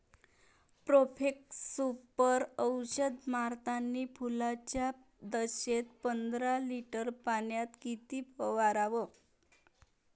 Profex Super औषध मारतानी फुलाच्या दशेत पंदरा लिटर पाण्यात किती फवाराव?